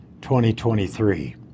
2023